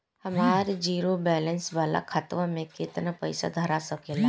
हमार zero balance वाला खतवा म केतना पईसा धरा सकेला?